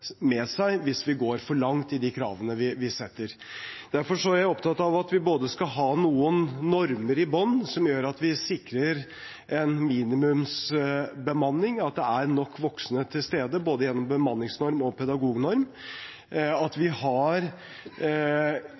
med seg hvis vi går for langt i de kravene vi setter. Derfor er jeg opptatt av at vi skal ha noen normer i bunnen som gjør at vi sikrer en minimumsbemanning, at det er nok voksne til stede – gjennom både bemanningsnorm og pedagognorm – at vi har